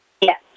Yes